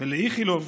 ולאיכילוב